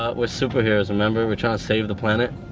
ah we're superheroes remember? we're trying to save the planet.